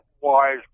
wise